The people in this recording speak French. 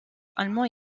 allemands